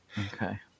Okay